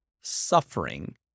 suffering